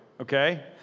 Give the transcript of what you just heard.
okay